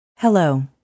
Hello